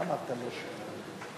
אדוני היושב-ראש,